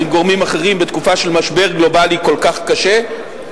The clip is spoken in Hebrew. עם גורמים אחרים בתקופה של משבר גלובלי כל כך קשה.